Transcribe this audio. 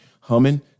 humming